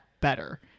better